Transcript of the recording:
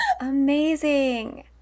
Amazing